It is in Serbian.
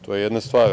To jedna stvar.